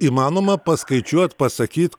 įmanoma paskaičiuot pasakyt